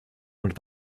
und